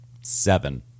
seven